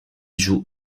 joue